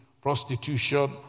prostitution